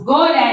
God